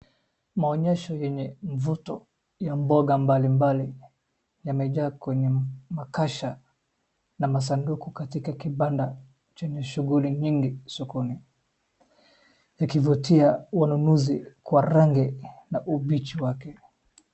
Maonyesho yenye mvuto ya mboga mbalimbali yamejaa kwenye makasha na masanduku katika kibanda chenye shughuli nyingi sokoni. Ikivutia wanunuzi kwa rangi na umbichi wake.